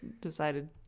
decided